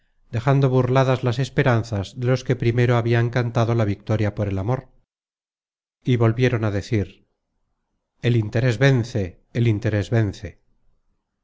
dejando burladas las esperanzas de los que primero habian cantado la victoria por el amor y volvieron á decir el interes vence el interes vence